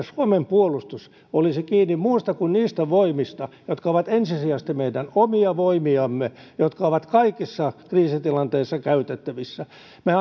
suomen puolustus olisi kiinni muusta kuin niistä voimista jotka ovat ensisijaisesti meidän omia voimiamme jotka ovat kaikissa kriisitilanteissa käytettävissä me